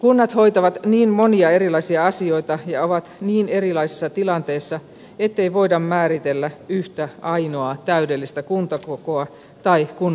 kunnat hoitavat niin monia erilaisia asioita ja ovat niin erilaisissa tilanteissa ettei voida määritellä yhtä ainoaa täydellistä kuntakokoa tai kunnan rakennetta